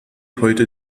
heute